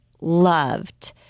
loved